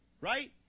right